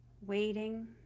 Waiting